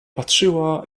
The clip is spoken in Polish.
patrzyła